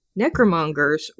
necromongers